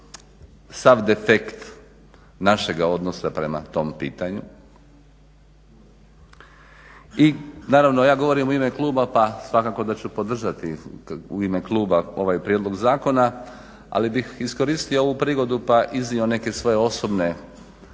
sav defekt našega odnosa prema tom pitanju. I naravno ja govorim u ime kluba, pa svakako da ću podržati u ime kluba ovaj prijedlog zakona. Ali bih iskoristio ovu prigodu pa iznio neke svoje osobne